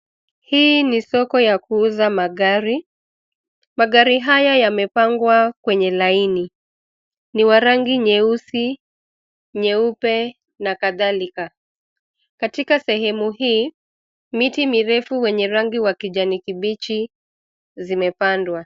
Hii ni soko ya kuuza magari. Magari haya yamepangwa kwenye laini. Ni wa rangi nyeusi, nyeupe and kadhalika. Katika sehemu hii, miti mirefu wenye rangi wa kijani kibichi zimepandwa.